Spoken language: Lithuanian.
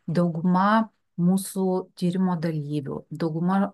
dauguma mūsų tyrimo dalyvių dauguma